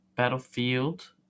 Battlefield